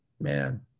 Man